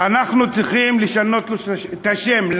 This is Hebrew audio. אנחנו צריכים לשנות לו את השם,